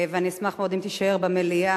ואני אשמח מאוד אם תישאר במליאה.